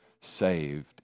saved